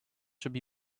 should